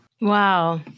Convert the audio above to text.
Wow